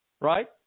right